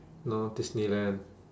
no Disneyland